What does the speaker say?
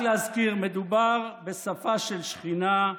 רק להזכיר, מדובר בשפה של שכינה,